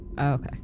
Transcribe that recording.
Okay